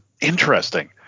Interesting